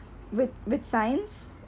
with with science